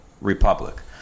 republic